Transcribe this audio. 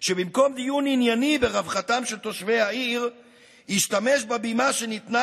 עם שובם העירה גילו כי המערכות הציבוריות בעיר בקריסה: חינוך,